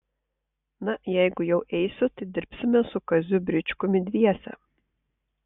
na jeigu jau eisiu tai dirbsime su kaziu bričkumi dviese